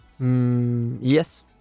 Yes